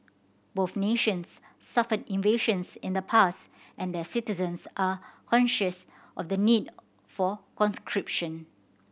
both nations suffered invasions in the past and their citizens are conscious of the need for conscription